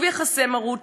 שוב יחסי מרות,